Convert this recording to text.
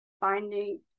finding